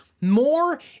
more